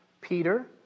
Peter